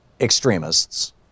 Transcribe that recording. extremists